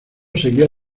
seguía